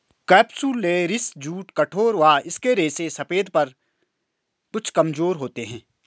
capsularis jute कठोर व इसके रेशे सफेद पर कुछ कमजोर होते हैं